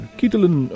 kietelen